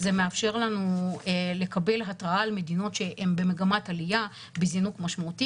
זה מאפשר לנו לקבל התראה על מדינות שהן במגמת עליה בזינוק משמעותי.